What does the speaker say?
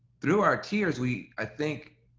through our tears, we, i think,